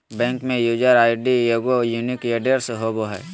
bank में user ID एगो unique address होबो हइ